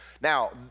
Now